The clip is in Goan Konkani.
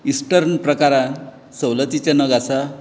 ईस्टर्न प्रकारांत सवलतीचें नग आसा